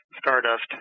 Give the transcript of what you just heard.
stardust